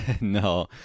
No